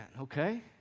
okay